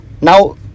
now